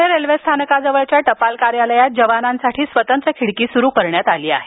पुणे रेल्वे स्थानकाजवळच्या टपाल कार्यालयात जवानांसाठी स्वतंत्र खिडकी सुरू करण्यात आली आहे